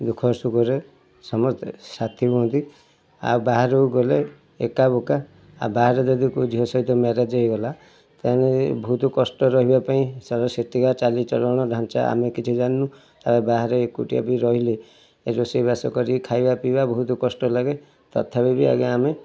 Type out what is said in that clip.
ଦୁଃଖରେ ସୁଖରେ ସମସ୍ତେ ସାଥି ହୁଅନ୍ତି ଆଉ ବାହାରକୁ ଗଲେ ଏକା ବୋକା ଆଉ ବାହାରେ ଯଦି କେଉଁ ଝିଅ ସହିତ ମ୍ୟାରେଜ୍ ହୋଇଗଲା ତାହେଲେ ବହୁତ କଷ୍ଟରେ ରହିବା ପାଇଁ କାରଣ ସେଠିକା ଚାଲିଚଳନ ଢ଼ାଞ୍ଚା ଆମେ କିଛି ଜାଣିନୁ ତା ବାହାରେ ଏକୁଟିଆ ବି ରହିଲେ ରୋଷେଇବାସ କରିକି ଖାଇବା ପିଇବା ବହୁତୁ କଷ୍ଟ ଲାଗେ ତଥାପି ବି ଆଜ୍ଞା ଆମେ